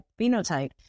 phenotype